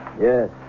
Yes